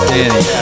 Danny